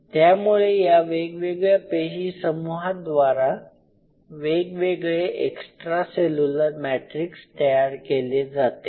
त्यामुळे या वेगवेगळ्या पेशीसमूहाद्वारा वेगवेगळे एक्स्ट्रा सेल्युलर मॅट्रिक्स तयार केले जाते